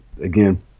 again